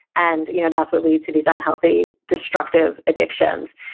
and you know that's what leads to these unhealthy, destructive addictions.